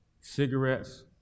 Cigarettes